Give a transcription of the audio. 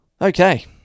Okay